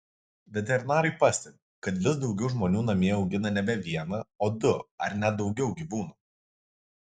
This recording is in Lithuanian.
veterinarai pastebi kad vis daugiau žmonių namie augina nebe vieną o du ar net daugiau gyvūnų